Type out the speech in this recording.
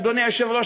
אדוני היושב-ראש,